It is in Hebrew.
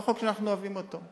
לא חוק שאנחנו אוהבים אותו.